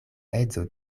edzo